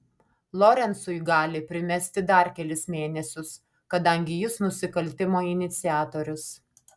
lorencui gali primesti dar kelis mėnesius kadangi jis nusikaltimo iniciatorius